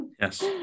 yes